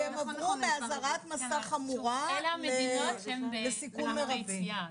הם עברו מאזהרת מסע חמורה לסיכון מרבי.